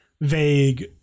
vague